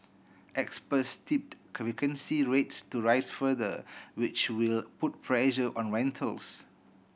experts tipped vacancy rates to rise further which will put pressure on rentals